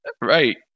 Right